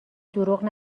دروغ